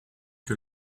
que